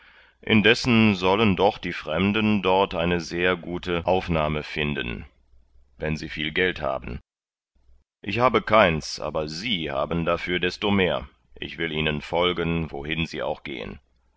indessen sollen doch die fremden dort eine sehr dort eine sehr gute aufnahme finden wenn sie viel geld haben ich habe keins aber sie haben dafür desto mehr ich will ihnen folgen wohin sie auch gehen